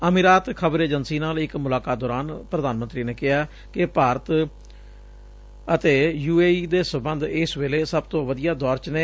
ਅਮੀਰਾਤ ਖਬਰ ਏਜੰਸੀ ਨਾਲ ਇਕ ਮੁਲਾਕਾਤ ਦੌਰਾਨ ਪ੍ਰਧਾਨ ਮੰਤਰੀ ਨੇ ਕਿਹਾ ਕਿ ਭਾਤਰ ਅਤੇ ਯੁਏਈ ਦੇ ਸਬੰਧ ਇਸ ਵੇਲੇ ਸਭ ਤੋ ਵਧੀਆ ਦੌਰ ਚ ਨੇ